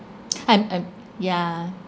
I'm I'm yeah